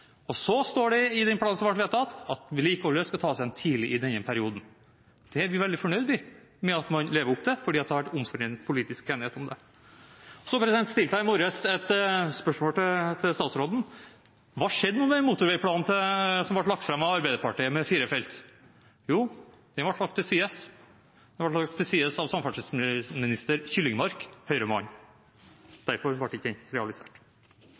Og så står det i den planen som ble vedtatt, at vedlikeholdet skal tas igjen tidlig i denne perioden. Det er vi veldig fornøyd med at man lever opp til, for det har vært politisk enighet om det. Så stilte jeg i morges et spørsmål til statsråden om hva som skjedde med den motorveiplanen – med fire felt – som ble lagt fram av Arbeiderpartiet. Jo, den ble lagt til side – den ble lagt til side av samferdselsminister Kyllingmark, en høyremann. Derfor ble den ikke realisert.